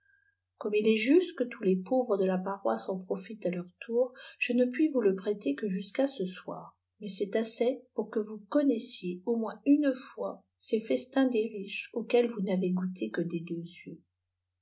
comme il est juste que tous les pauvres de la paroisse en profitent à leur tour je ne puis vous le prêter que jusqu'à ce soir mais c'est a sez pour qiie vous connaissiez au moins une fois ces festins des riches auxquels vous n'avez goûté que des deux jeux